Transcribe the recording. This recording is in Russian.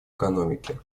экономике